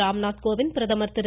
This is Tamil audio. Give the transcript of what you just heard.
ராம்நாத் கோவிந்த் பிரதமர் திரு